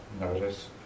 notice